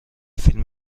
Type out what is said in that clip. فیلم